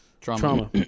trauma